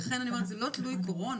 לכן אני אומרת שזה לא תלוי קורונה.